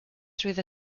through